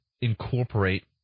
incorporate